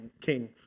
king